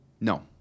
No